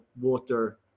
water